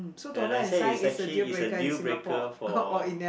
and I say is actually is a deal breaker for